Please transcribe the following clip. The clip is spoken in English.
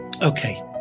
Okay